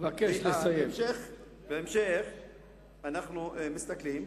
בהמשך אנחנו מסתכלים,